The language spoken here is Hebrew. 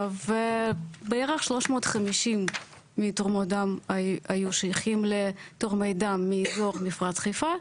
ובערך 350 מתרומות הדם היו שייכים לתורמי דם מאזור מפרץ חיפה,